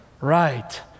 right